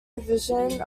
division